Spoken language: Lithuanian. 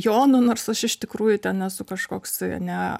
jonu nors aš iš tikrųjų ten esu kažkoks ane